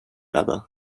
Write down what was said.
other